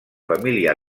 família